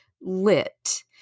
lit